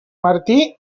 martí